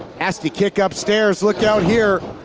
nasty kick upstairs, look out here!